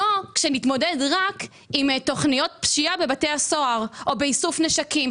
ולא רק באמצעות תוכניות פשיעה בבתי הסוהר או באמצעות איסוף נשקים.